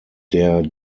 der